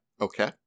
okay